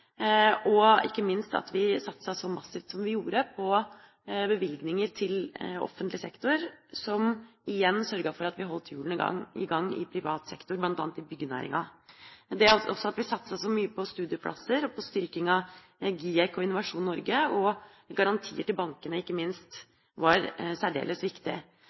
og ikke minst at vi satset så massivt som vi gjorde på bevilgninger til offentlig sektor, som igjen sørget for at vi holdt hjulene i gang i privat sektor, bl.a. i byggenæringa. At vi også satset så mye på studieplasser og på styrking av GIEK og Innovasjon Norge og garantier ikke minst til bankene, var særdeles viktig.